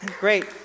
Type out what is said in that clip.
Great